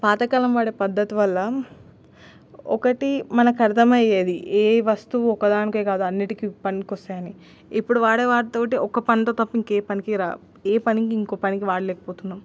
పాతకాలం వాడే పద్దతి వల్ల ఒకటి మనకర్దమయ్యేది ఏ వస్తువు ఒకదానికే కాదు అన్నిటికి పనికొస్తాయని ఇప్పుడు వాడే వాటితోటి ఒక్క పనితో తప్ప ఇంకే పనికి రా ఏ పనికి ఇంకో పనికి వాడలేకపోతున్నాం